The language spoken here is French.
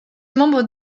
membre